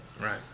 Right